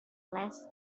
less